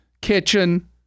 kitchen